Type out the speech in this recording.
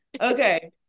Okay